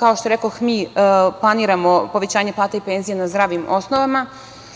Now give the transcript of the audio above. Kao što rekoh, mi planiramo povećanje plata i penzija na zdravim osnovama.